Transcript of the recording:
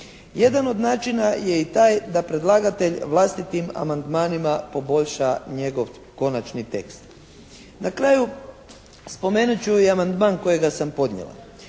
Jedan od načina je i taj da predlagatelj vlastitim amandmanima poboljša njegov konačni tekst. Na kraju spomenut ću i amandman kojega samo podnijela.